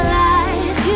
life